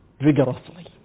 rigorously